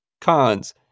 Cons